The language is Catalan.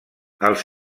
els